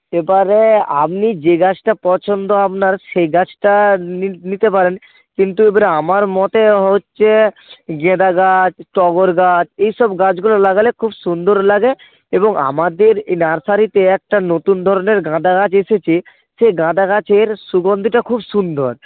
এবারে আপনি যে গাছটা পছন্দ আপনার সেই গাছটা নিতে পারেন কিন্তু এবারে আমার মতে হচ্ছে গাঁদা গাছ টগর গাছ এই সব গাছগুলো লাগালে খুব সুন্দর লাগে এবং আমাদের এ নার্সারিতে একটা নতুন ধরনের গাঁদা গাছ এসেছে সেই গাঁদা গাছের সুগন্ধটা খুব সুন্দর